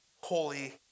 Holy